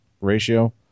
ratio